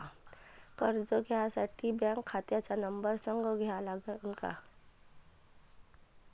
कर्ज घ्यासाठी बँक खात्याचा नंबर संग जोडा लागन का?